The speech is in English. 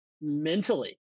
mentally